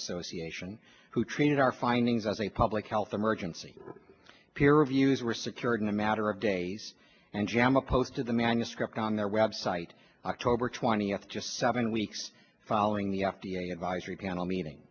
association who treated our findings as a public health emergency peer reviews were secured in a matter of days and jam opposed to the manuscript on their website october twentieth just seven weeks following the f d a advisory panel meeting